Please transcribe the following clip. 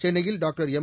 சென்னையில் doctor M